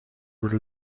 were